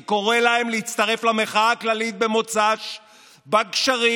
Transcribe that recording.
אני קורא להם להצטרף למחאה הכללית במוצ"ש בגשרים,